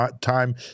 time